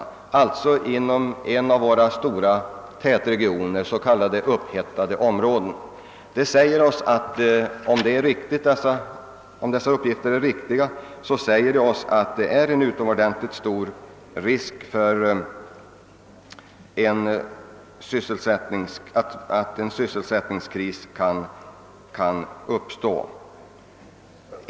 Detta gäller alltså en av våra stora tätbefolkade regioner, så kallade upphettade områden. Om dessa uppgifter är riktiga föreligger en utomordentligt stor risk för att sysselsättningssvårigheter skall uppstå även på andra orter i vårt land.